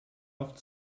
auf